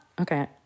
okay